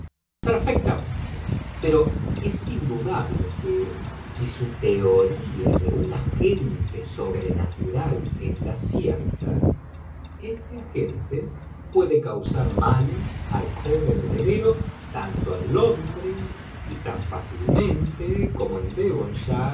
perfectamente pero es indudable que si su teoría de un agente sobrenatural es la cierta este agente puede causar males al joven heredero tanto en londres y tan fácilmente como en